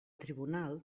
tribunal